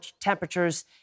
temperatures